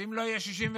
ואם לא יהיו 61